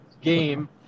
game